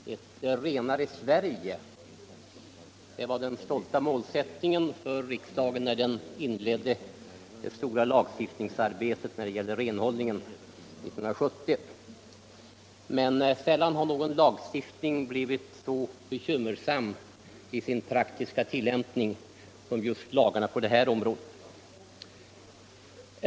Herr talman! Ett renare Sverige var den stolta målsättningen för riksdagen när den inledde det stora lagstiftningsarbetet på renhållningens område 1970. Men sällan har någon lagstiftning blivit så bekymmersam i sin praktiska tillämpning.